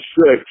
six